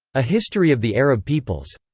a history of the arab peoples.